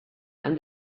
and